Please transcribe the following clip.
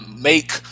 make